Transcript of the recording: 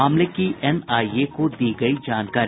मामले की एनआईए को दी गयी जानकारी